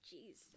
Jeez